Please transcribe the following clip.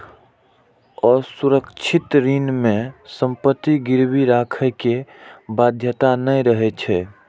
असुरक्षित ऋण मे संपत्ति गिरवी राखै के बाध्यता नै रहै छै